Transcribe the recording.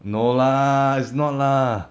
no lah it's not lah